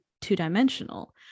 two-dimensional